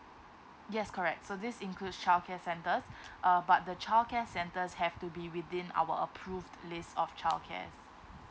yes correct so this includes childcare centres uh but the childcare centres have to be within our approved list of childcares